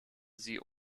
sie